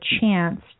chance